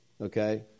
okay